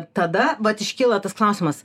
tada vat iškyla tas klausimas